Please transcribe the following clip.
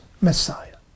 Messiah